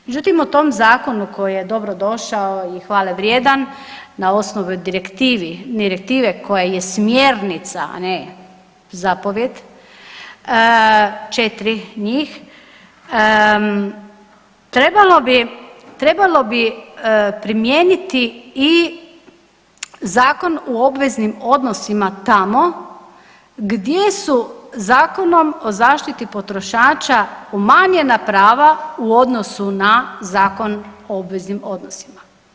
Međutim, o tom zakonu koji je dobrodošao je hvalevrijedan na osnovi direktive koja je smjernica, a ne zapovijed, 4 njih, trebalo bi, trebalo bi primijeniti i Zakon o obveznim odnosima tamo gdje su Zakonom o zaštiti potrošača umanjena prava u odnosu na Zakon o obveznim odnosima.